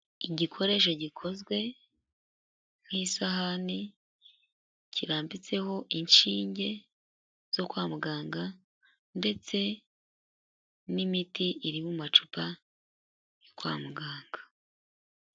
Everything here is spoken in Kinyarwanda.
Igikoresho gikozwe nk'isahani kirambitseho inshinge zo kwa muganga ndetse n'imiti iri mu macupa yo kwa muganga.